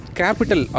capital